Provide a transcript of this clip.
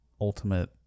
ultimate